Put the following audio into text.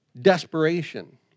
desperation